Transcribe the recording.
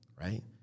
Right